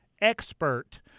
expert